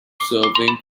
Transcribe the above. serving